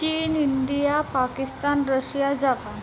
चीन India Pakistan Russia Japan